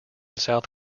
south